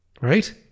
Right